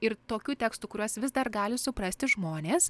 ir tokių tekstų kuriuos vis dar gali suprasti žmonės